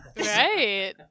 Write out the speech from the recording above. right